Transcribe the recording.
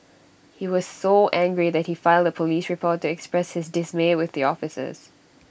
he was so angry that he filed A Police report to express his dismay with the officers